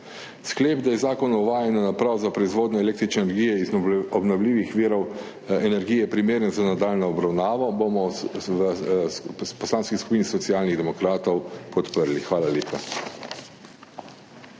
Sklep, da je Zakon o uvajanju naprav za proizvodnjo električne energije iz obnovljivih virov energije primeren za nadaljnjo obravnavo, bomo v Poslanski skupini Socialnih demokratov podprli. Hvala lepa.